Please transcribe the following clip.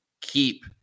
keep